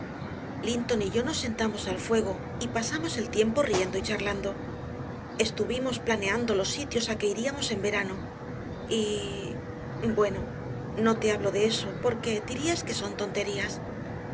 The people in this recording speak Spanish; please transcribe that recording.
linton y yo nos sentamos al fuego y pasamos el tiempo riendo y charlando estuvimos planeando los sitios a que iríamos en verano y bueno no te hablo de eso porque dirás que son tonterías